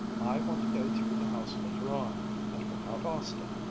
i want to go through the house later on, and without austin,